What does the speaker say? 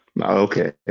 Okay